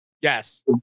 Yes